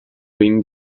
being